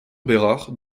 bérard